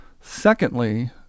Secondly